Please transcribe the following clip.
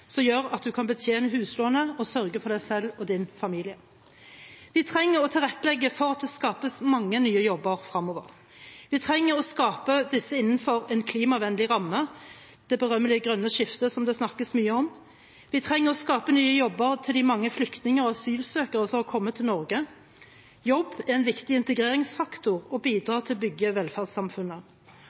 som gjør at en kan betjene huslånet og sørge for seg selv og sin familie. Vi trenger å tilrettelegge for at det skapes mange nye jobber fremover. Vi trenger å skape disse innenfor en klimavennlig ramme, det berømmelige grønne skiftet, som det snakkes mye om. Vi trenger å skape nye jobber til de mange flyktninger og asylsøkere som har kommet til Norge. Jobb er en viktig integreringsfaktor og bidrar til å bygge velferdssamfunnet.